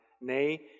Nay